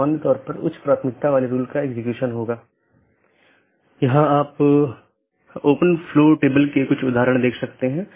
गम्यता reachability की जानकारी update message द्वारा आदान प्रदान की जाती है